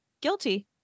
Guilty